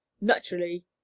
Naturally